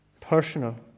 personal